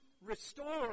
restore